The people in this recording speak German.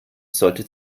sollte